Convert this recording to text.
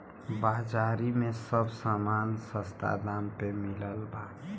बाजारी में सब समान सस्ता दाम पे मिलत बा